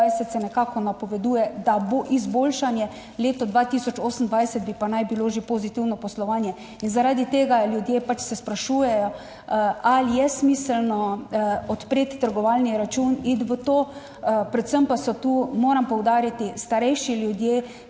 se nekako napoveduje, da bo izboljšanje, leta 2028 bi pa naj bilo že pozitivno poslovanje. In zaradi tega se ljudje pač sprašujejo, ali je smiselno, odpreti trgovalni račun, iti v to. Predvsem pa so tu, moram poudariti, starejši ljudje,